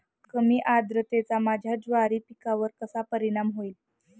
कमी आर्द्रतेचा माझ्या ज्वारी पिकावर कसा परिणाम होईल?